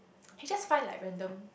he just find like random